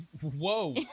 whoa